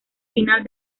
final